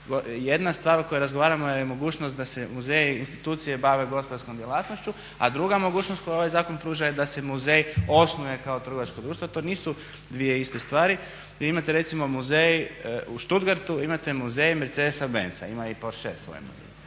Jedna stvar o kojoj razgovaramo je mogućnost da se muzeji, institucije bave gospodarskom djelatnošću, a druga mogućnost koju ovaj zakon pruža je da se muzej osnuje kao trgovačko društvo. To nisu dvije iste stvari. Vi imate recimo Muzej u Stuttgartu, imate Muzej Mercedes Benza, ima i Porsche svoje muzeje.